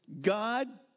God